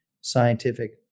scientific